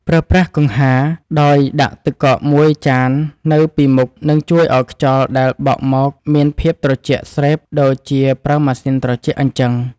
ប្រើប្រាស់កង្ហារដោយដាក់ទឹកកកមួយចាននៅពីមុខនឹងជួយឱ្យខ្យល់ដែលបក់មកមានភាពត្រជាក់ស្រេបដូចជាប្រើម៉ាស៊ីនត្រជាក់អញ្ចឹង។